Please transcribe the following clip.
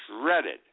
shredded